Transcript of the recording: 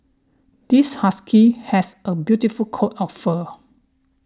this husky has a beautiful coat of fur